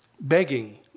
begging